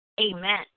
Amen